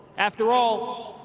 after all,